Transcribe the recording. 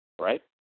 Right